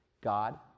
God